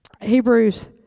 Hebrews